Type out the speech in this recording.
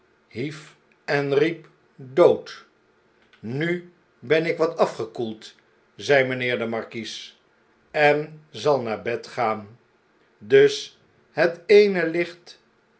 hief en riep dood nu ben ik wat afgekoeld zei mynheer de markies en zal naar bed gaan dus het eene licht